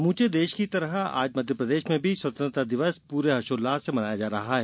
समूचे देश की तरह आज मध्यप्रदेश में भी स्वतंत्रता दिवस पूरे हर्षोल्लास से मनाया जा रहा है